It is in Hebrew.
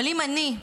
אבל אם אני,